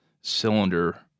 cylinder